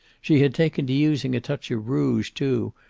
she had taken to using a touch of rouge, too,